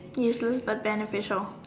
he's still but beneficial